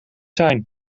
zijn